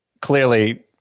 clearly